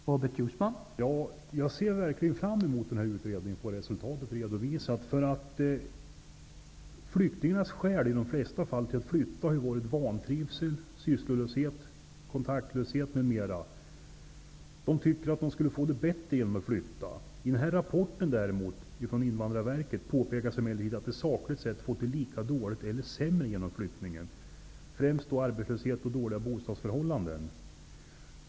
Herr talman! Jag ser verkligen fram emot att denna utrednings resultat skall redovisas. Flyktingarnas skäl att flytta har i de flesta fall varit vantrivsel, sysslolöshet, kontaktlöshet, m.m. De har trott att de skulle få det bättre om de flyttade. I rapporten från Invandrarverket påpekas det emellertid att de sakligt sett fått det lika dåligt eller sämre genom flyttningen, främst på grund av arbetslöshet och dåliga bostadsförhållanden.